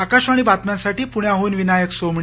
आकाशवाणी बातम्यासाठी पुण्याह्न विनायक सोमणी